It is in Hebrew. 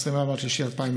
24 במרץ 2020,